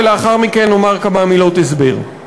ולאחר מכן אומַר כמה מילות הסבר: